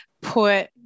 put